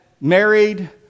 married